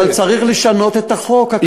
אבל צריך לשנות את החוק הקיים.